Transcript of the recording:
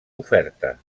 oferta